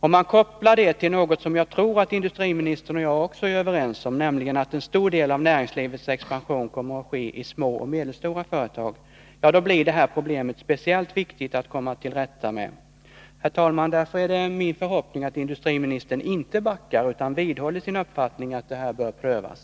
Om man kopplar det till något som jag tror att industriministern och jag också är överens om, nämligen att en stor del av näringslivets expansion kommer att ske i små och medelstora företag, blir det här problemet speciellt viktigt att komma till rätta med. Herr talman! Det är därför min förhoppning att industriministern inte backar utan vidhåller sin uppfattning att det här bör prövas.